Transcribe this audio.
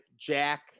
Jack